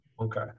okay